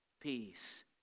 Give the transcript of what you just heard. peace